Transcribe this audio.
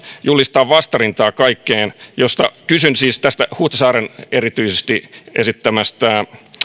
julistaa vastarintaa kaikkeen kysyn siis tästä huhtasaaren erityisesti esittämästä